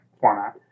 format